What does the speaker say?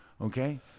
okay